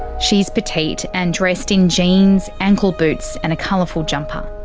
she's petite and dressed in jeans, ankle boots and a colourful jumper.